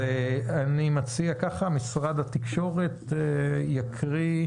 אני מציע שמשרד התקשורת יקריא.